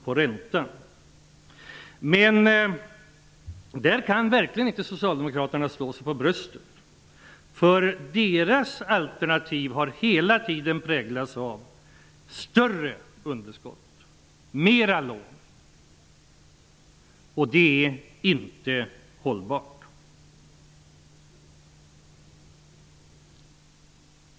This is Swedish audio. Men i det fallet kan verkligen inte socialdemokraterna slå sig för bröstet, eftersom deras alternativ hela tiden har präglats av större underskott och mera lån. Det är inte hållbart.